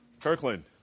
Kirkland